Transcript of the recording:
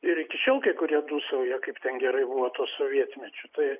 ir iki šiol kai kurie dūsauja kaip ten gerai buvo tuo sovietmečiu tai